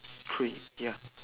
three ya